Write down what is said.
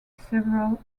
several